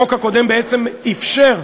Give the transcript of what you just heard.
החוק הקודם בעצם אפשר,